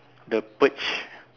the purge